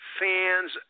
fans